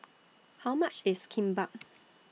How much IS Kimbap